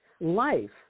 life